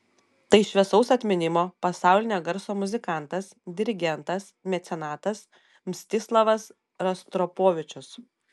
tai šviesaus atminimo pasaulinio garso muzikantas dirigentas mecenatas mstislavas rostropovičius